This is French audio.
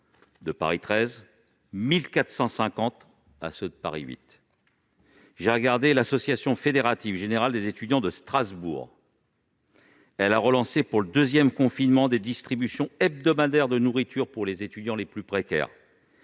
de Paris XIII et 1 450 à ceux de Paris VIII. » L'Association fédérative générale des étudiants de Strasbourg, quant à elle, a relancé pour le deuxième confinement les distributions hebdomadaires de nourriture pour les étudiants les plus précaires.